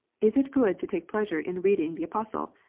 is it good to take pleasure in reading the apostle?